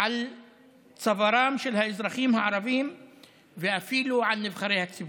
על צווארם של האזרחים הערבים ואפילו על נבחרי הציבור.